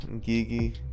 Gigi